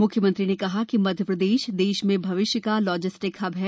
मुख्यमंत्री ने कहा कि मध्य प्रदेश देश में भविष्य का लॉजिस्टिक हब है